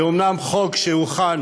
זה אומנם חוק שהוכן